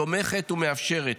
תומכת ומאפשרת,